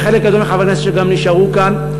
לחלק גדול מחברי הכנסת שגם נשארו כאן.